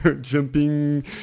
jumping